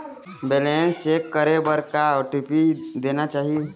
Balance check करे बर का ओ.टी.पी देना चाही?